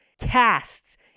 casts